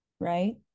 right